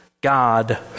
God